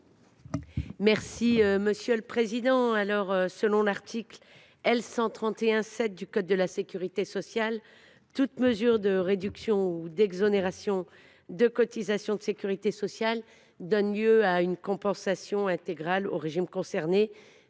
Poly, sur l’article. Selon l’article L. 131 7 du code de la sécurité sociale, « toute mesure de réduction ou d’exonération de cotisations de sécurité sociale » donne lieu à « compensation intégrale aux régimes concernés